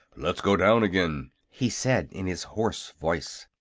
let's go down again! he said, in his hoarse voice.